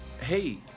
hey